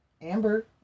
Amber